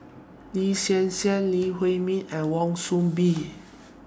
Lin Hsin Hsin Lee Huei Min and Wan Soon Bee